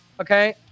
Okay